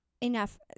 enough